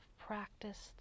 practiced